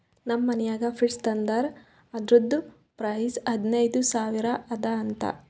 ನಮ್ ಮನ್ಯಾಗ ಫ್ರಿಡ್ಜ್ ತಂದಾರ್ ಅದುರ್ದು ಪ್ರೈಸ್ ಹದಿನೈದು ಸಾವಿರ ಅದ ಅಂತ